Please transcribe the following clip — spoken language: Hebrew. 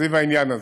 סביב העניין הזה,